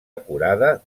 acurada